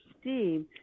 Steve